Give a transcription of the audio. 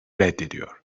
reddediyor